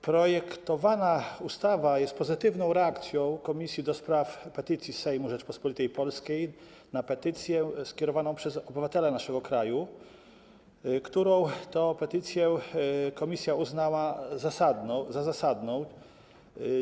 Projektowana ustawa jest pozytywną reakcją Komisji do Spraw Petycji Sejmu Rzeczypospolitej Polskiej na petycję skierowaną przez obywatela naszego kraju, którą to petycję komisja uznała za zasadną.